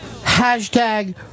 Hashtag